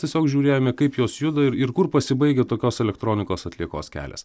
tiesiog žiūrėjome kaip jos juda ir kur pasibaigia tokios elektronikos atliekos kelias